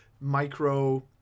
micro